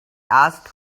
asked